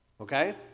Okay